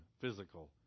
physical